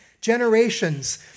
generations